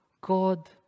God